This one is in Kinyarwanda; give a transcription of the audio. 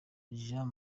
jean